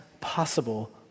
possible